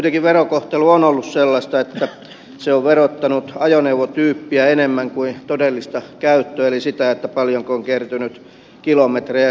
kuitenkin verokohtelu on ollut sellaista että se on verottanut ajoneuvotyyppiä enemmän kuin todellista käyttöä eli sitä paljonko on kertynyt kilometrejä